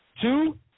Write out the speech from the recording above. Two